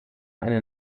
eine